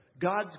God's